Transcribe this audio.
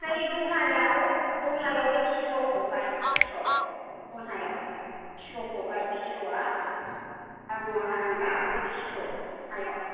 आमफाय दह्लायाव दह्लायाव बे किस्र'खौ गाय किस्र' दह्लायाव किस्र'खौ गाय किस्र'या दामुवा हारांगा आमफ्राय किस्र' दह्लायाव